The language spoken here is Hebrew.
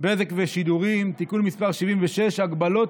(בזק ושידורים) (תיקון מס' 76) (הגבלות